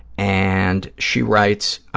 and she writes,